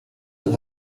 oedd